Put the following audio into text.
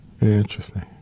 Interesting